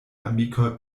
amikoj